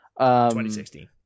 2016